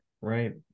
right